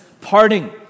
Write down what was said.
parting